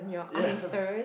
ya